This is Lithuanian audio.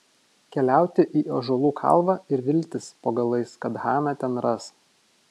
keliauti į ąžuolų kalvą ir viltis po galais kad haną ten ras